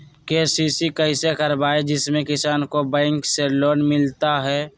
KCC कैसे कराये जिसमे किसान को बैंक से लोन मिलता है?